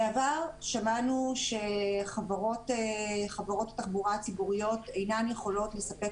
בעבר שמענו שחברות התחבורה הציבוריות אינן יכולות לספק